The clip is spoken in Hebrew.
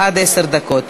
עד עשר דקות.